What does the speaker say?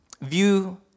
view